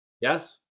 Yes